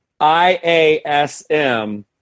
IASM